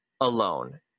alone